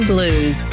Blues